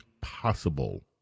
possible